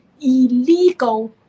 illegal